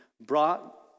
brought